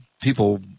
people